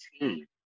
team